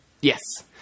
Yes